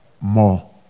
more